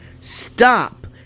Stop